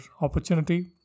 opportunity